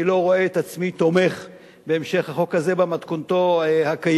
אני לא רואה את עצמי תומך בהמשך החוק הזה במתכונתו הקיימת,